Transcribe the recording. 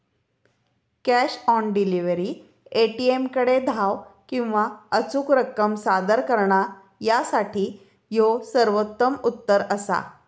cash on delivery, ए.टी.एमकडे धाव किंवा अचूक रक्कम सादर करणा यासाठी ह्यो सर्वोत्तम उत्तर असा